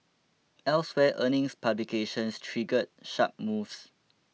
elsewhere earnings publications triggered sharp moves